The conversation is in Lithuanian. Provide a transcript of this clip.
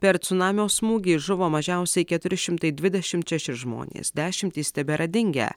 per cunamio smūgį žuvo mažiausiai keturi šimtai dvidešimt šeši žmonės dešimtys tebėra dingę